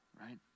right